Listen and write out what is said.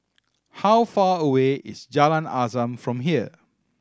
how far away is Jalan Azam from here